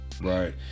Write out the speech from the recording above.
Right